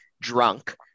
drunk